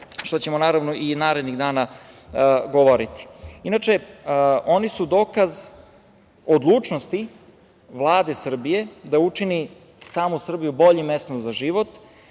što ćemo, naravno, i narednih dana govoriti. Inače, oni su dokaze odlučnosti Vlade Srbije da učini samu Srbiju boljim mestom za život,